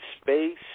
space